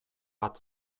bat